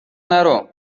نرو